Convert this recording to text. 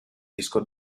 disco